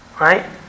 Right